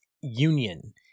union